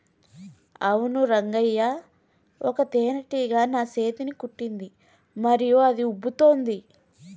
అవును రంగయ్య ఒక తేనేటీగ నా సేతిని కుట్టింది మరియు అది ఉబ్బుతోంది